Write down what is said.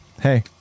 hey